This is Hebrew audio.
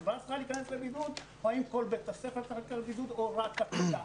שכבה אחת תיכנס לבידוד או האם כל בית הספר או רק הכיתה.